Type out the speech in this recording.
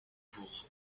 pour